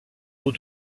haut